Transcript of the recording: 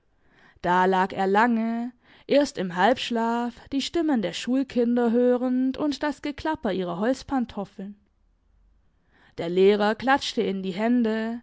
da lag er lange erst im halbschlaf die stimmen der schulkinder hörend und das geklapper ihrer holzpantoffeln der lehrer klatschte in die hände